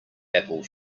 apple